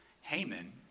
Haman